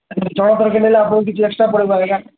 ଚଣା ତରକାରୀ ନେଲେ ଆପଣଙ୍କୁ କିଛି ଏକ୍ସଟ୍ରା ପଡ଼ିବ ଆଜ୍ଞା